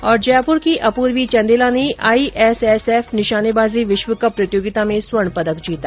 ् जयपुर की अपूर्वी चन्देला ने आईएसएसएफ निशानेबाजी विश्वकप प्रतियोगिता में स्वर्ण पदक जीता